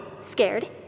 Scared